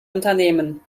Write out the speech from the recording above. unternehmen